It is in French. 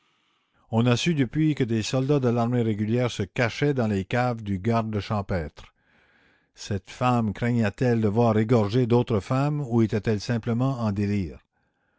on a su depuis que des soldats de l'armée régulière se cachaient dans les caves du garde champêtre cette femme craignait elle de voir égorger d'autres femmes ou était-elle simplement en délire